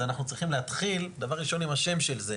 אז אנחנו צריכים להתחיל דבר ראשון עם השם של זה.